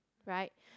right